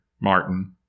Martin